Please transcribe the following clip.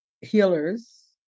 healers